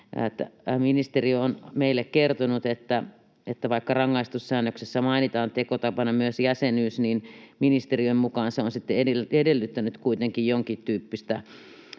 ministeriö on meille kertonut, että vaikka rangaistussäännöksessä mainitaan tekotapana myös jäsenyys, niin ministeriön mukaan se on sitten edellyttänyt kuitenkin jonkintyyppistä aktiivisuutta.